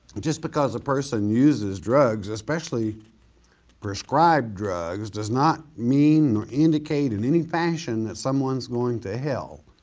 just because a person uses drugs, especially prescribed drugs does not mean or indicate in any fashion that someone's going to hell.